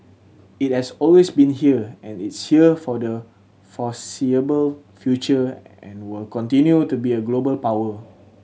it has always been here and it's here for the foreseeable future and will continue to be a global power